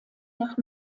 nach